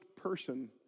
person